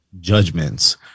judgments